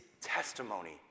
testimony